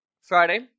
Friday